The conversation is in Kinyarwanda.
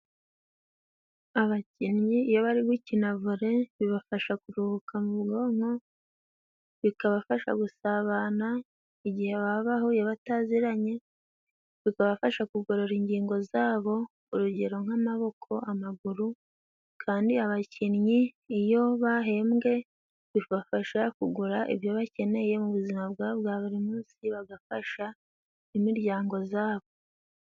Abakinnyi iyo bari gukina vole bibafasha kuruhuka mu bwonko bikabafasha gusabana igihe baba bahuye bataziranye, bikabafasha kugorora ingingo zabo, urugero: nk'amaboko, amaguru kandi abakinnyi iyo bahembwe bibafasha kugura ibyo bakeneye mu buzima bwabo bwa buri munsi bagafasha imiryango zabo.